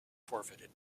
forfeited